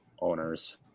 owners